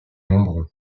nombreux